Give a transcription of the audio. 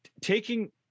Taking